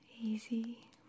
easy